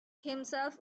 himself